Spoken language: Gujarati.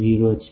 0 છે